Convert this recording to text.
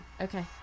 Okay